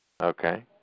Okay